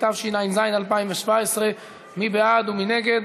התשע"ז 2017. ההצעה להעביר את